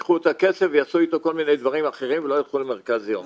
הם ייקחו את הכסף ויעשו איתו כל מיני דברים אחרים ולא יילכו למרכז יום.